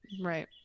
Right